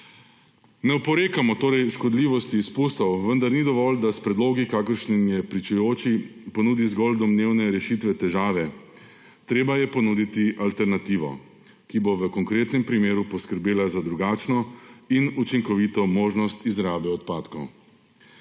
Ne oporekamo torej škodljivosti izpustov, vendar ni dovolj, da se s predlogi, kakršen je pričujoči, ponudi zgolj domnevne rešitve težave. Treba je ponuditi alternativo, ki bo v konkretnem primeru poskrbela za drugačno in učinkovito možnost izrabe odpadkov.